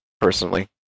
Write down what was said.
personally